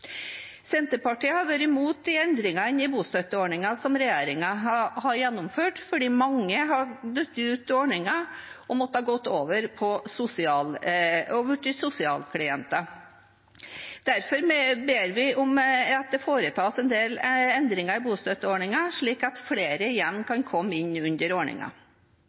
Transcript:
Senterpartiet har vært imot de endringene i bostøtteordningen som regjeringen har gjennomført, fordi mange har falt ut av ordningen og blitt sosialklienter. Derfor ber vi om at det foretas en del endringer i bostøtteordningen, slik at flere igjen kan komme inn under